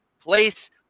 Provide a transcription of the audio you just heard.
place